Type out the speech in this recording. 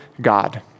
God